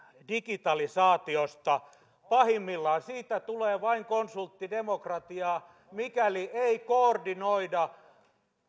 digitalisaatiosta pahimmillaan siitä tulee vain konsulttidemokratiaa mikäli ei koordinoida